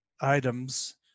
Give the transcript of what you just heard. Items